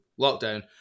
lockdown